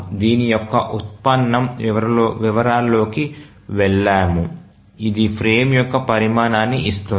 దీని యొక్క ఉత్పన్నం వివరాలలోకి వెళ్ళాము ఇది ఫ్రేమ్ యొక్క పరిమాణాన్ని ఇస్తుంది